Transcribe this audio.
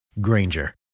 Granger